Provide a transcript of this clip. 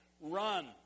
Run